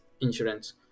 insurance